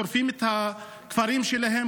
שורפים את הכפרים שלהם,